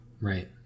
right